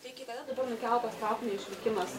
iki kada dabar nukeltas traukinio išvykimas